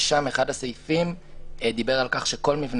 ושם אחד הסעיפים דיבר על כך שכל מבנה